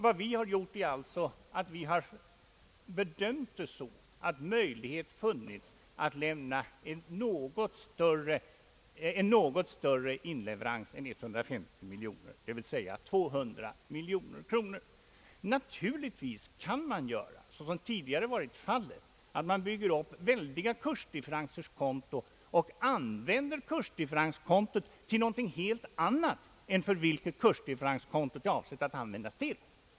Vad vi gjort är att vi har bedömt det så att möjlighet funnits att göra en något större inleverans än 150 miljoner, d. v. s. 200 miljoner kronor. Naturligtvis kan man göra så som tidigare har varit fallet, nämligen att man bygger upp ett väldigt kursdifferensers konto och använder detta till någonting helt annat än vad det var avsett att användas till.